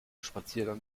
spaziergang